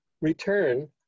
return